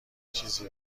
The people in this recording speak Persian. چیزی